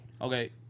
Okay